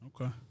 Okay